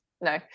No